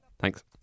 Thanks